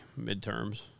midterms